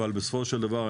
אבל בסופו של דבר,